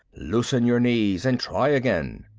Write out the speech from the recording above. loosen your knees and try again.